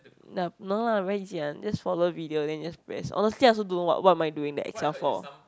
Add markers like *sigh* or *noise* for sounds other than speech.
nope no lah very easy one just follow video then you just press honestly I also don't know what what am I doing the excel for *noise*